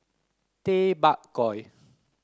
Tay Bak Koi